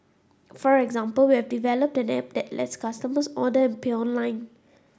for example we have developed an app that lets customers order and pay online